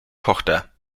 tochter